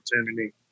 opportunity